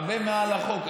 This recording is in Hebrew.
הרבה מעל החוק.